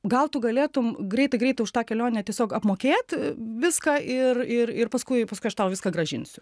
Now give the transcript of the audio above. gal tu galėtum greitai greitai už tą kelionę tiesiog apmokėt viską ir ir ir paskui paskui aš tau viską grąžinsiu